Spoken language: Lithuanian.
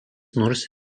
nors